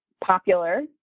popular